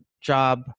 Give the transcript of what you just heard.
job